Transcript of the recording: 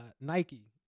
Nike